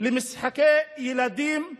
למשחקי ילדים בג'באליה,